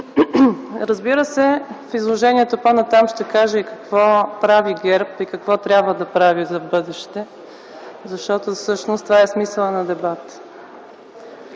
Разбира се, в изложението по-нататък ще кажа какво прави ГЕРБ и какво трябва да прави в бъдеще, защото всъщност това е смисълът на дебата.